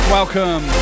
Welcome